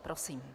Prosím.